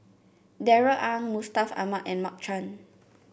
Darrell Ang Mustaq Ahmad and Mark Chan